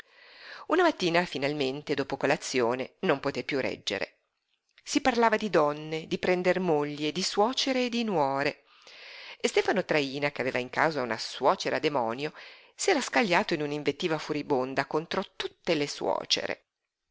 una mattina finalmente dopo colazione non poté piú reggere si parlava di donne e di prender moglie e di suocere e di nuore stefano traína che aveva in casa una suocera demonio s'era scagliato in una invettiva furibonda contro tutte le suocere